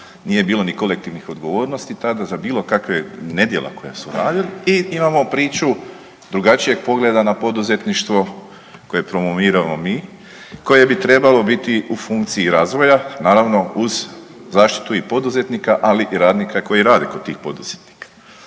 nije bilo ni kolektivnih odgovornosti tada, za bilo kakve nedjela koja su radili i imamo priču drugačijeg pogleda na poduzetništvo koje promoviramo mi, koje bi trebalo biti u funkciji razvoja, naravno, uz zaštitu i poduzetnika, ali i radnika koji rade kod tih poduzetnika.